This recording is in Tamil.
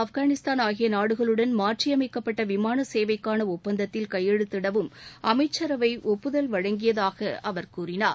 ஆப்கானிஸ்தான் ஆகிய நாடுகளுடன் மாற்றியமைக்கப்பட்ட விமான சேவைக்கான ஒப்பந்தத்தில் கையெழுத்திடவும் அமைச்சரவை ஒப்புதல் வழங்கியதாக அவர் கூறினார்